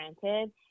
granted